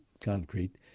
concrete